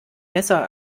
messer